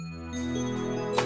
no